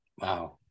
Wow